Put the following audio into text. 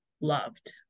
loved